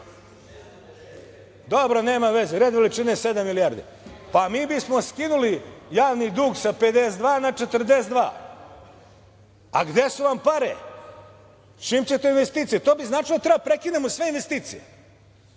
Dobro, red veličine sedam milijardi. Pa, mi bismo skinuli javni dug sa 52 na 42. A gde su vam pare? S čim ćete investicije? To bi značilo da treba da prekinemo sve investicije.